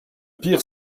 pire